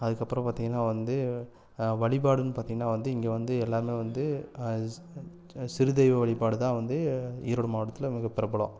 அதுக்கு அப்புறம் பார்த்திங்கன்னா வந்து வழிபாடுன்னு பார்த்திங்கன்னா வந்து இங்கே வந்து எல்லாருமே வந்து சிறுதெய்வ வழிபாடுதான் வந்து ஈரோடு மாவட்டத்தில் மிக பிரபலம்